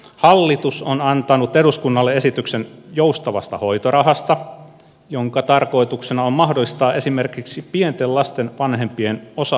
hallitus on antanut eduskunnalle esityksen joustavasta hoitorahasta jonka tarkoituksena on mahdollistaa esimerkiksi pienten lasten vanhempien osa aikainen työ